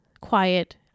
quiet